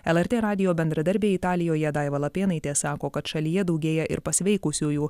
lrt radijo bendradarbė italijoje daiva lapėnaitė sako kad šalyje daugėja ir pasveikusiųjų